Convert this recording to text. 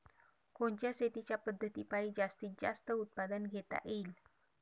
कोनच्या शेतीच्या पद्धतीपायी जास्तीत जास्त उत्पादन घेता येईल?